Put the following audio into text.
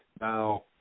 Now